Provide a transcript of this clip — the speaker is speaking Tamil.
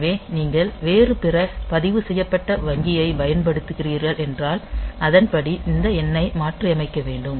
எனவே நீங்கள் வேறு பிற பதிவு செய்யப்பட்ட வங்கி ஐப் பயன்படுத்துகிறீர்கள் என்றால் அதன்படி இந்த எண்ணை மாற்றியமைக்க வேண்டும்